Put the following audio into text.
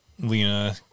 Lena